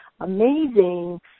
amazing